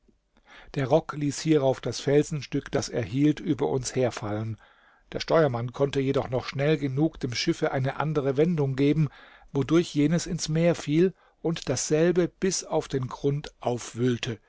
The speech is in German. der rock ließ hierauf das felsenstück das er hielt über uns herfallen der steuermann konnte jedoch noch schnell genug dem schiffe eine andere wendung geben wodurch jenes ins meer fiel und dasselbe bis auf den grund aufwühlte